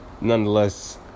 nonetheless